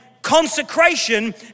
consecration